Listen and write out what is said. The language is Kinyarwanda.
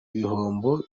ibihombo